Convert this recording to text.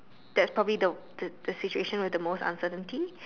that's the probably the the the situation with the most uncertainty